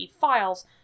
files